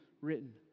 written